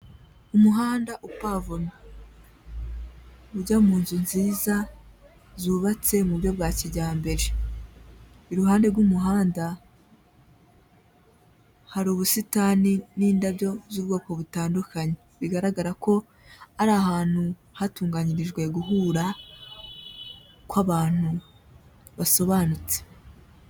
Umuhanda upavomye ujya mu nzu nziza zubatse mu byo bwa kijyambere, iruhande rw'umuhanda hari ubusitani n'indabyo z'ubwoko butandukanye, bigaragara ko ari ahantu hatunganyirijwe guhura kw'abantu basobanutse.